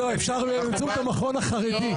לא, אפשר באמצעות המכון החרדי.